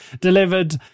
delivered